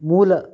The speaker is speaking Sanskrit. मूलं